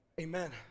Amen